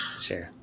Sure